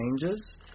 changes